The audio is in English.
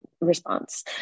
response